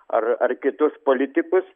ar ar kitus politikus